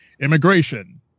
immigration